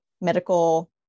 medical